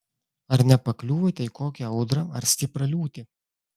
ar nepakliuvote į kokią audrą ar stiprią liūtį